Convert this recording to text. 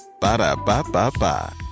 Ba-da-ba-ba-ba